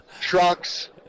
trucks